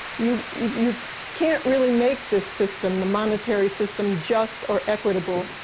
you you can't really make this system, the monetary system, just or equitable.